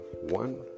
one